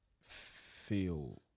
feel